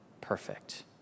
perfect